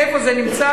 איפה זה נמצא?